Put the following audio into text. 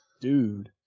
Dude